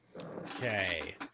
Okay